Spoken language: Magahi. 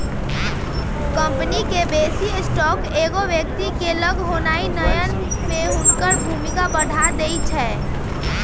कंपनी के बेशी स्टॉक एगो व्यक्ति के लग होनाइ नयन में हुनकर भूमिका बढ़ा देइ छै